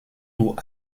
tout